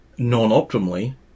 non-optimally